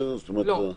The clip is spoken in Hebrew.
לא.